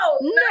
no